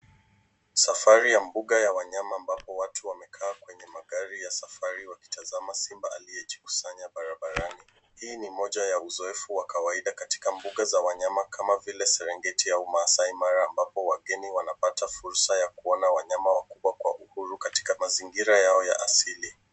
Safari ya mbuga ya wanyama ambapo watu wamekaa kwenye magari ya safari wakitazama simba aliyejikusanya barabarani. Hii ni moja ya uzoefu wa kawaida katika mbuga za wanyama kama vile serengeti au masai mara ambapo wageni wanapata fursa ya kuona wanyama kwa uhuru katika mazingira yao ya asili.